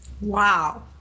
Wow